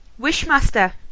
Wishmaster